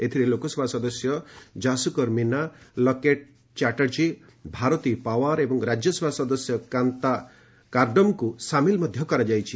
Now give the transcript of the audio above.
ଏଥିରେ ଲୋକସଭା ସଦସ୍ୟ ଜାସ୍କକର ମିନା ଲକେଟ୍ ଚାଟାର୍ଜୀ ଭାରତୀ ପାୱାର ଏବଂ ରାଜ୍ୟସଭା ସଦସ୍ୟ କାନ୍ତା କାରଡମଙ୍କୁ ସାମିଲ କରାଯାଇଛି